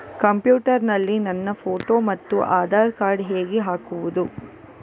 Computer ನಲ್ಲಿ ನನ್ನ photo ಮತ್ತು ಆಧಾರ್ ಕಾರ್ಡ್ ಹೇಗೆ ಹಾಕುವುದು?